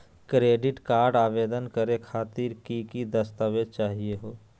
Credit card आवेदन करे खातीर कि क दस्तावेज चाहीयो हो?